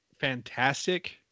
fantastic